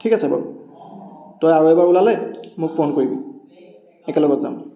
ঠিক আছে বাৰু তই আৰু এবাৰ ওলালে মোক ফোন কৰিবি একেলগত যাম